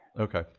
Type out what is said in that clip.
Okay